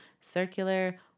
circular